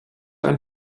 ein